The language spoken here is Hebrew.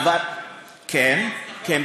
כן, כן.